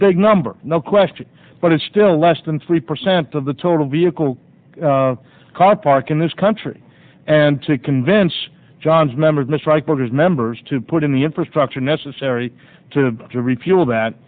big number no question but it's still less than three percent of the total vehicle caught park in this country and to convince john's members mistry quarters members to put in the infrastructure necessary to refuel that